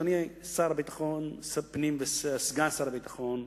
אדוני שר לביטחון הפנים וסגן שר הביטחון,